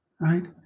right